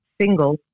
single